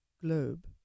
globe